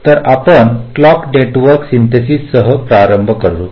तर आपण clock network सिन्थेसिससह प्रारंभ करतो